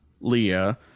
Leah